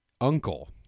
UNCLE